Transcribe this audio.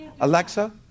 Alexa